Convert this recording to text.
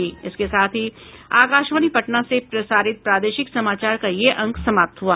इसके साथ ही आकाशवाणी पटना से प्रसारित प्रादेशिक समाचार का ये अंक समाप्त हुआ